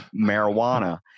marijuana